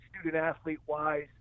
student-athlete-wise